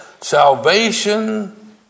Salvation